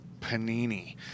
Panini